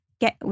get